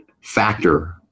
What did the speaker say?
factor